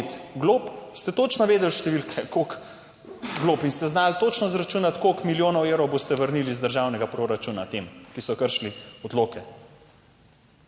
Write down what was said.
glob, ste točno vedeli številke, koliko glob in ste znali točno izračunati koliko milijonov evrov boste vrnili iz državnega proračuna tem, ki so kršili odloke.